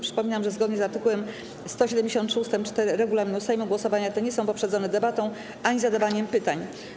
Przypominam, że zgodnie z art. 173 ust. 4 regulaminu Sejmu głosowania te nie są poprzedzone debatą ani zadawaniem pytań.